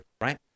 right